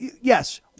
yes—